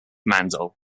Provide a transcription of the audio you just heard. mandel